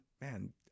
man